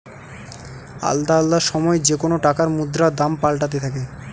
আলদা আলদা সময় যেকোন টাকার মুদ্রার দাম পাল্টাতে থাকে